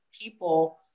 people